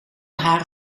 haar